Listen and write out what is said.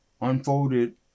unfolded